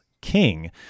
king